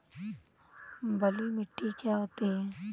बलुइ मिट्टी क्या होती हैं?